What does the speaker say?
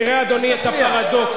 תראה, אדוני, את הפרדוקס.